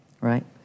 Right